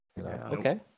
okay